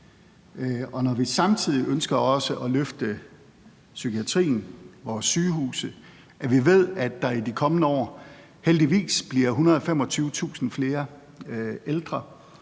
Og når vi samtidig ønsker også at løfte psykiatrien og vores sygehuse, og når vi ved, at der i de kommende år heldigvis bliver 125.000 flere ældre